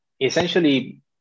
essentially